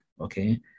okay